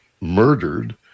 murdered